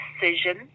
decision